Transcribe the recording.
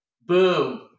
Boom